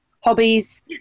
hobbies